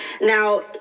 Now